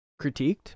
critiqued